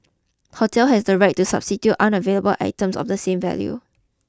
hotel has the right to substitute unavailable items of the same value